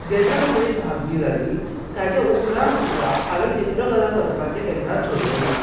जेन्ना म्हजी धावी जाली ताचे उपरांत सुद्दां हांवें चित्रकला करपाचें केन्नाच सोडलें ना